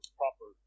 proper